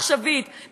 עכשווית,